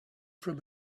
from